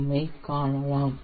M ஐக் காணலாம்